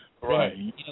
Right